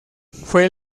fue